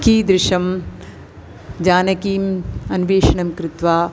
कीदृशं जानकीम् अन्वेषणं कृत्वा